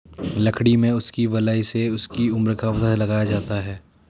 लकड़ी में उसकी वलय से उसकी उम्र का पता लगाया जाता है